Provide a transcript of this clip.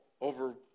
over